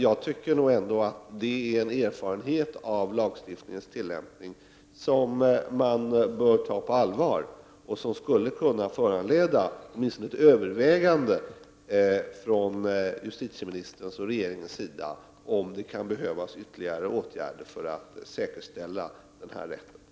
Jag tycker att det är en erfarenhet av lagstiftningens tillämpning som man bör ta på allvar och som skulle kunna föranleda åtminstone ett övervägande från justitieministerns och regeringens sida om det kan behövas ytterligare åtgärder för att säkerställa denna rättighet.